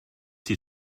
die